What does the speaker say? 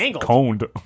coned